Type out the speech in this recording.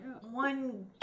one